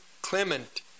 Clement